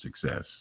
success